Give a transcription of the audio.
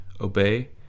obey